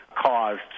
caused